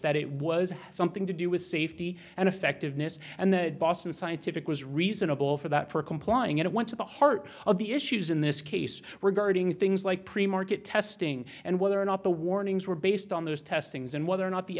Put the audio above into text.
that it was something to do with safety and effectiveness and the boston scientific was reasonable for that for complying it went to the heart of the issues in this case were guarding things like pre market testing and whether or not the warnings were based on those testings and whether or not the